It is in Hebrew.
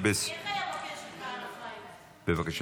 עשר דקות לרשותך, אדוני.